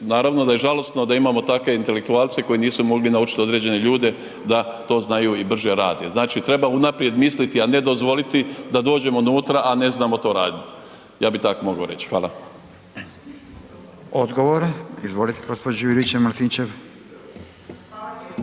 naravno da je žalosno da imamo takve intelektualce koji nisu mogli naučit određene ljude da to znaju i brže rade. Znači, treba unaprijed misliti, a ne dozvoliti da dođemo unutra, a ne znamo to radit, ja bi tako mogao reć. Hvala. **Radin, Furio (Nezavisni)**